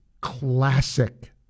classic